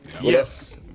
Yes